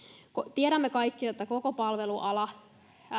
tiedämme kaikki että koko palveluala